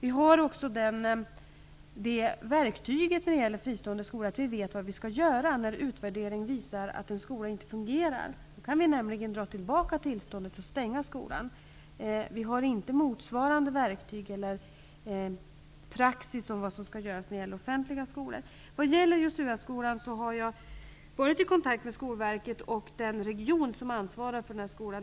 Vi har också ett verktyg att tillgripa när en utvärdering visar att en fristående skola inte fungerar. Vi kan då dra tillbaka skolans tillstånd och stänga den. Vi har inte motsvarande verktyg eller praxis för vad som skall göras när det gäller offentliga skolor. Vad gäller Joshua-skolan har jag varit i kontakt med Skolverket och med den region som ansvarar för den skolan.